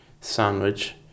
sandwich